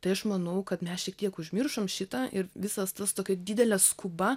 tai aš manau kad mes šiek tiek užmiršom šitą ir visas tas tokia didelė skuba